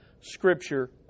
Scripture